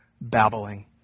babbling